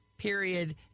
period